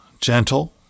gentle